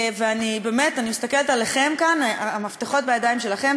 ואני באמת מסתכלת עליכם כאן: המפתחות בידיים שלכם,